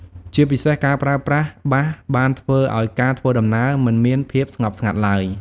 ជាពិសេស ការប្រើប្រាស់បាសបានធ្វើឱ្យការធ្វើដំណើរមិនមានភាពស្ងប់ស្ងាត់ឡើយ។